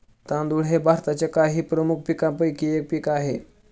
तांदूळ हे भारताच्या काही प्रमुख पीकांपैकी एक पीक आहे